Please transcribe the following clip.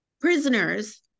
prisoners